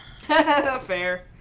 Fair